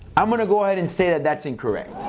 i'm gonna go ahead and say that that's incorrect.